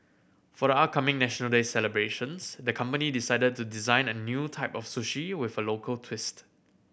for the upcoming National Day celebrations the company decided to design a new type of sushi with a local twist